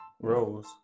Rose